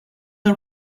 our